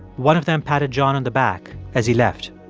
one of them patted john on the back as he left